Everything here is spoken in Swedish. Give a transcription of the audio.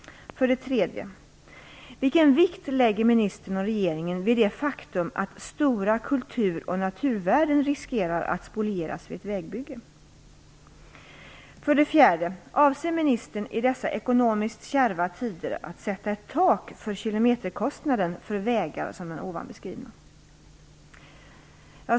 3. Vilken vikt lägger ministern och regeringen vid det faktum att stora kultur och naturvärden riskerar att spolieras vid ett vägbygge? 4. Avser ministern i dessa ekonomiskt kärva tider sätta ett tak för kilometerkostnaden för vägar som den ovan beskrivna?